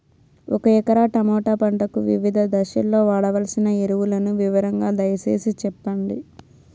ఒక ఎకరా టమోటా పంటకు వివిధ దశల్లో వాడవలసిన ఎరువులని వివరంగా దయ సేసి చెప్పండి?